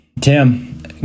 Tim